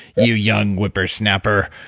you young whippersnapper,